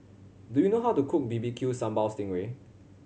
do you know how to cook B B Q Sambal sting ray